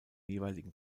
jeweiligen